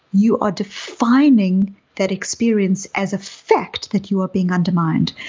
you are defining that experience as effect that you are being undermined.